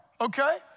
okay